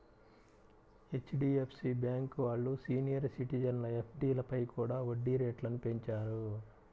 HDFC bank వాళ్ళు సీనియర్ సిటిజన్ల ఎఫ్డీలపై కూడా వడ్డీ రేట్లను పెంచారు